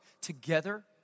together